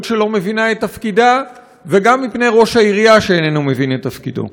שלא מבינה את תפקידה וגם מפני ראש העירייה שאיננו מבין את תפקידו.